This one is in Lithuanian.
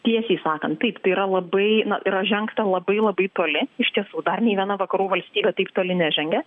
tiesiai sakant taip tai yra labai na yra žengta labai labai toli iš tiesų dar nei viena vakarų valstybė taip toli nežengė